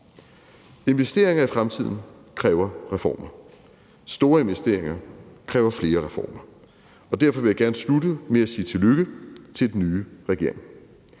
Investeringer i fremtiden kræver reformer – store investeringer kræver flere reformer. Og derfor vil jeg gerne slutte med at sige tillykke til den nye regering.